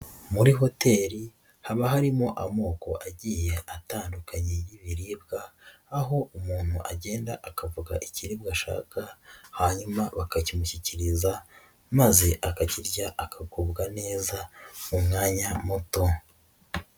Muri hoteli haba harimo amoko agiye atandukanye y'ibiribwa aho umuntu agenda akavuga ikiribwa ashaka hanyuma bakakimushyikiriza maze akagirya akagubwa neza mu mwanya muto.